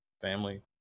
family